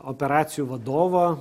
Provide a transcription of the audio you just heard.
operacijų vadovo